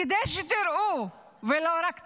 כדי שתראו ולא רק תשמעו.